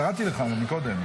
קראתי לך קודם.